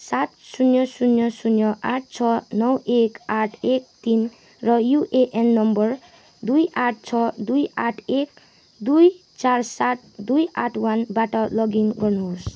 सात शून्य शून्य शून्य आठ छ नौ एक आठ एक तिन र युएएन नम्बर दुई आठ छ दुई आठ एक दुई चार सात दुई आठ वानबाट लगइन गर्नुहोस्